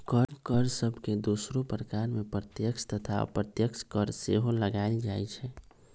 कर सभके दोसरो प्रकार में प्रत्यक्ष तथा अप्रत्यक्ष कर सेहो लगाएल जाइ छइ